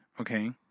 Okay